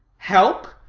help?